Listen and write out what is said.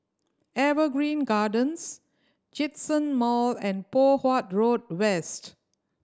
Evergreen Gardens Djitsun Mall and Poh Huat Road West